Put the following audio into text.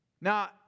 Now